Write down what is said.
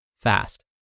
fast